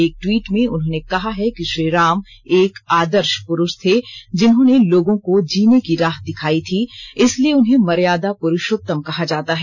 एक ट्वीट में उन्होंने कहा है कि श्री राम एक आदर्श पुरूष थे जिन्होंने लोगों को जीने की राह दिखाई थी इसलिए उन्हें मर्यादा पुरूषोत्तम कहा जाता है